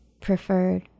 preferred